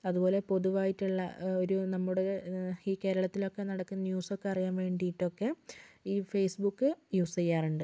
അതുപോലെ പൊതുവായിട്ട് ഉള്ള ഒരു നമ്മുടെ ഈ കേരളത്തിൽ ഒക്കെ നടക്കുന്ന ന്യൂസ് ഒക്കെ അറിയാൻ വേണ്ടിട്ട് ഒക്കെ ഈ ഫേസ്ബുക്ക് യൂസ് ചെയ്യാറുണ്ട്